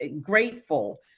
grateful